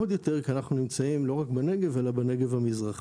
עוד יותר כי אנחנו נמצאים לא רק בנגב אלא בנגב המזרחי,